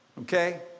Okay